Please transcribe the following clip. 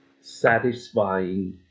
satisfying